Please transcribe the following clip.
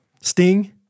sting